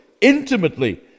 intimately